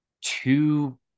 two